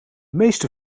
meeste